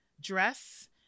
dress